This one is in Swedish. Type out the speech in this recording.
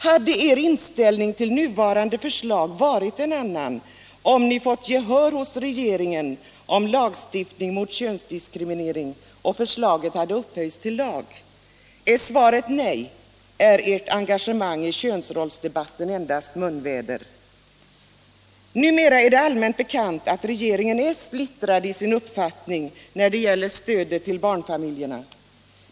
Hade er inställning till nu 19 varande förslag varit en annan, om ni fått gehör hos regeringen för lagstiftning mot könsdiskriminering och förslaget hade upphöjts till lag? Är svaret nej, är ert engagemang i könsrollsdebatten endast munväder. Numera är det allmänt bekant att regeringen är splittrad i sin uppfattning när det gäller stödet till barnfamiljerna.